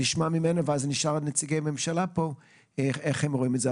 נשמע ממנה ואז נשאל את נציגי הממשלה איך הם רואים את זה.